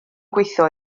gweithio